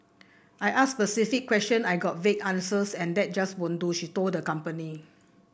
I asked specific question I got vague answers and that just won't do she told the company